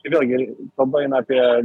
tai vėlgi kalba eina apie